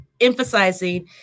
emphasizing